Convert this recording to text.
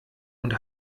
und